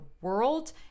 world